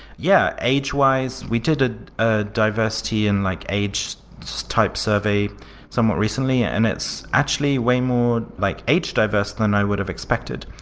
yeah, age-wise, we did a diversity in like age type survey somewhat recently and it's actually way more like age diverse than i would have expected.